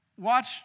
Watch